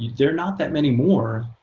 there are not that many more,